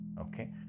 okay